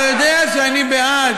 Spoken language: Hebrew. אתה יודע שאני בעד,